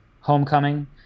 homecoming